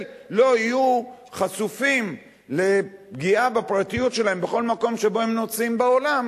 לא יהיו חשופים לפגיעה בפרטיות שלהם בכל מקום שבו הם נוסעים בעולם,